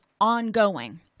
ongoing